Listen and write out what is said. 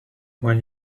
when